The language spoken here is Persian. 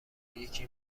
یکی